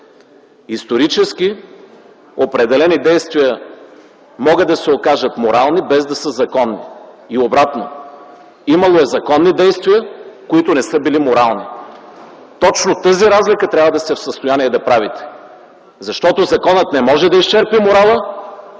исторически методи, определени действия могат да се окажат морални, без да са законни и обратно – имало е законни действия, които не са били морални. Точно тази разлика трябва да сте в състояние да правите, защото законът не може да изчерпи морала,